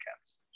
cats